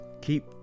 Keep